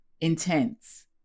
intense